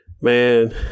Man